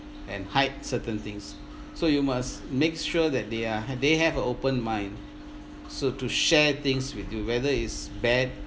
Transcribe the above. and hide certain things so you must make sure that they are they have a open mind so to share things with you whether it's bad